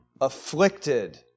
Afflicted